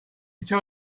tell